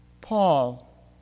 Paul